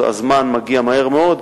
והזמן מגיע מהר מאוד,